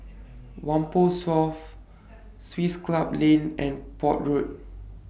Whampoa South Swiss Club Lane and Port Road